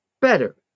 better